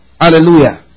Hallelujah